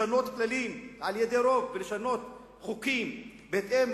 לשנות כללים על-ידי רוב ולשנות חוקים בהתאם